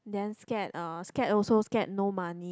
then scared uh scared also scared no money